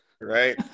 right